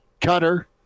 Cutter